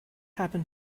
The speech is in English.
happen